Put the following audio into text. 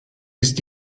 ist